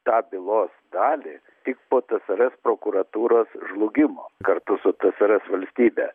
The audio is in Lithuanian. tą bylos dalį tik po tsrs prokuratūros žlugimo kartu su tsrs valstybe